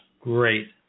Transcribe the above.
Great